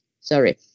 Sorry